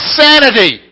sanity